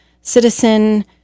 citizen